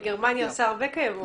גרמניה עושה הרבה כאב ראש.